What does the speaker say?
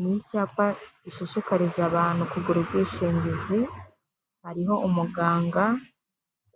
Ni icyapa gishishikariza abantu kugura ubwishingizi, hariho umuganga